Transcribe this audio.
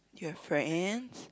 you have friends